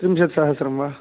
त्रिंशत्सहस्रं वा